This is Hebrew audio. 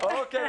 אוקיי.